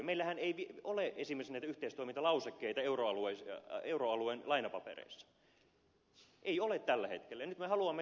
meillähän ei ole esimerkiksi näitä yhteistoimintalausekkeita euroalueen lainapapereissa ei ole tällä hetkellä ja nyt me haluamme että semmoinen tehdään